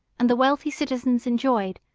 and the wealthy citizens enjoyed,